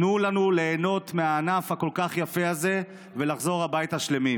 תנו לנו ליהנות מהענף הכל-כך יפה הזה ולחזור הביתה שלמים.